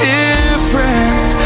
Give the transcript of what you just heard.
different